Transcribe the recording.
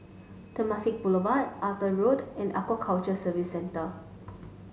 Temasek Boulevard Arthur Road and Aquaculture Services Centre